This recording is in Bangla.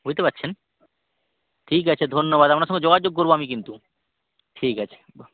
বুঝতে পারছেন ঠিক আছে ধন্যবাদ আপনার সঙ্গে যোগাযোগ করব আমি কিন্তু ঠিক আছে ভা